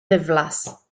ddiflas